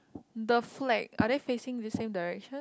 the flag are they facing the same direction